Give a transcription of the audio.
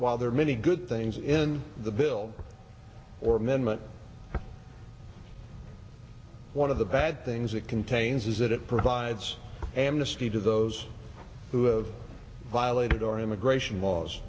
while there are many good things in the bill or amendment one of the bad things it contains is that it provides amnesty to those who of violated our immigration laws